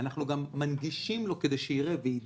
אנחנו גם מנגישים לו כדי שיראה וידע,